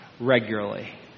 regularly